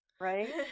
right